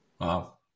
Wow